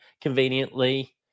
conveniently